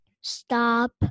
stop